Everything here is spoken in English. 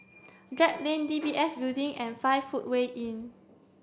Drake Lane D B S Building and five foot way Inn